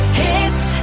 hits